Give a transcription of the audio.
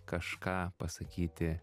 kažką pasakyti